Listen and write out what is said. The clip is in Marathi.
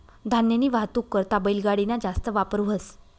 धान्यनी वाहतूक करता बैलगाडी ना जास्त वापर व्हस